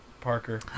Parker